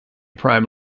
prime